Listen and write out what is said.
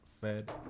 fed